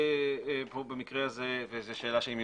מקריאה: "זיקה פוליטית,